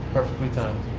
perfectly timed.